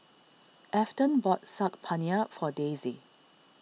Afton bought Saag Paneer for Dasia